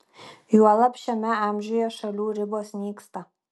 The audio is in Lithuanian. juolab šiame amžiuje šalių ribos nyksta